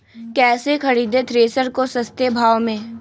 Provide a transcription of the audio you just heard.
कैसे खरीदे थ्रेसर को सस्ते भाव में?